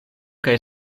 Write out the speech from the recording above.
kaj